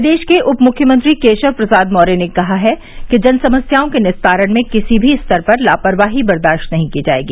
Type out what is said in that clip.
प्रदेश के उप मुख्यमंत्री केशव प्रसाद मौर्य ने कहा है कि जनसमस्याओं के निस्तारण में किसी भी स्तर पर लापरवाही बर्दाश्त नहीं की जायेगी